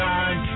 Time